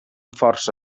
força